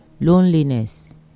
loneliness